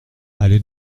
allez